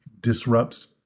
disrupts